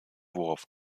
worauf